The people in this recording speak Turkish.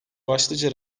başlıca